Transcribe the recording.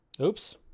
Oops